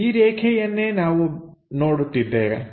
ಈ ರೇಖೆಯನ್ನೇ ನಾವು ನೋಡುತ್ತಿದ್ದೇವೆ